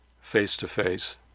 face-to-face